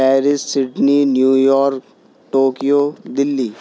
Paris Sydney New York Tokyo Delhi